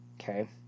Okay